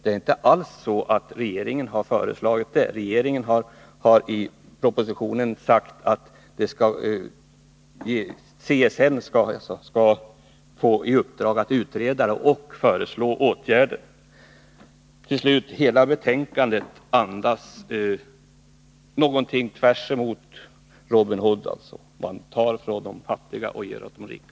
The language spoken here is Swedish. Men regeringen har inte det förslag som vi har, utan regeringen har i propositionen sagt att CSN har fått i uppdrag att utreda denna reforms effekter och att föreslå eventuella åtgärder. Slutligen vill jag säga att hela detta betänkande har en anda som är helt motsatt Robin Hoods — man tar från de fattiga och ger till de rika.